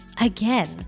again